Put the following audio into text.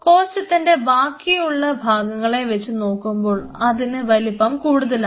കോശത്തിൻറെ ബാക്കിയുള്ള ഭാഗങ്ങളെ വെച്ച് നോക്കുമ്പോൾ അതിന് വലുപ്പം കൂടുതലാണ്